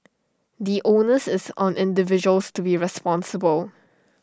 the onus is on individuals to be responsible